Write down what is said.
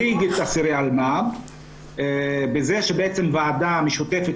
או מבטל את כל המנגנון הזה של הוועדות המשותפות